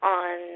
on